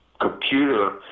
computer